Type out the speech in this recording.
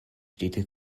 städte